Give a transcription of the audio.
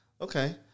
Okay